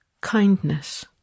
Kindness